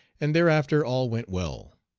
and thereafter all went well.